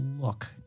look